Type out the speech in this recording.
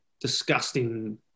disgusting